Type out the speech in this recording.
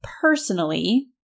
personally